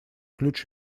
ключ